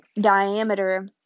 diameter